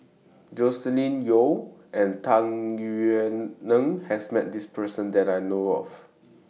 Joscelin Yeo and Tung Yue Nang has Met This Person that I know of